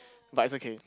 but it's okay